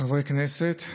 חברי כנסת,